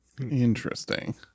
Interesting